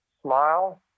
smile